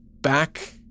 back